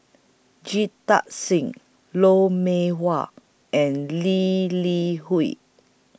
Jita Singh Lou Mee Wah and Lee Li Hui